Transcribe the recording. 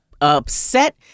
upset